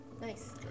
Nice